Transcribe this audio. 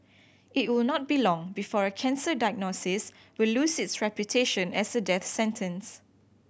it will not be long before a cancer diagnosis will lose its reputation as a death sentence